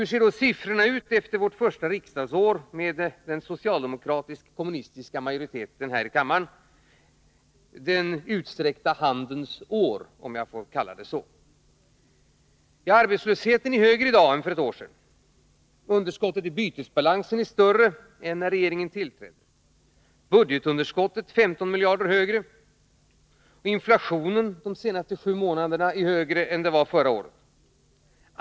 Hur ser då siffrorna ut efter vårt första riksdagsår med den socialdemokratisk-kommunistiska majoriteten här i kammaren — den utsträckta handens år, om jag får kalla det så? Arbetslösheten är högre i dag än för ett år sedan. Underskottet i bytesbalansen är större än det var när regeringen tillträdde. Budgetunderskottet är 15 miljarder högre och inflationen de senaste sju månaderna högre än förra året.